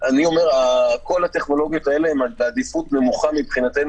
כל הטכנולוגיות האלה הן בעדיפות נמוכה מבחינתנו